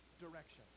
direction